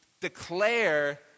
declare